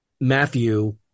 Matthew